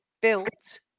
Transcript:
built